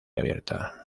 abierta